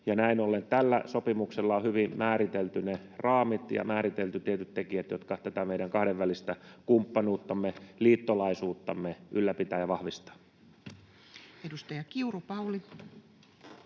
Näin ollen tällä sopimuksella on hyvin määritelty ne raamit ja määritelty tietyt tekijät, jotka tätä meidän kahdenvälistä kumppanuuttamme, liittolaisuuttamme, ylläpitävät ja vahvistavat. [Speech 23] Speaker: